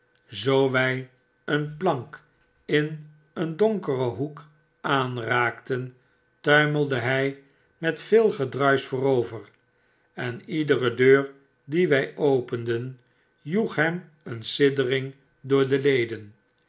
zoo wy een plank in een donkeren hoek aanraakten tuimelde hy met veel gedruisch voorover en iedere deur die wy openden joeg hem een siddering door de leden